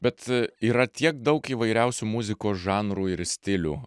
bet yra tiek daug įvairiausių muzikos žanrų ir stilių